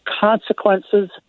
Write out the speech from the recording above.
consequences